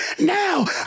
now